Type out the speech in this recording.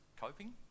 coping